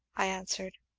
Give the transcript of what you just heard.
i answered.